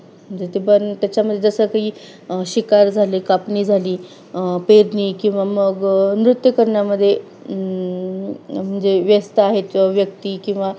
म्हणजे ते पण त्याच्यामध्ये जसं काही शिकार झाले कापणी झाली पेरणी किंवा मग नृत्य करण्यामध्ये म्हणजे व्यस्त आहेत व्यक्ती किंवा